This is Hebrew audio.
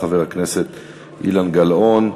חבר הכנסת אילן גילאון,